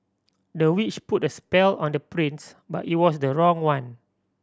the witch put a spell on the prince but it was the wrong one